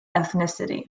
ethnicity